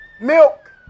milk